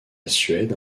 suède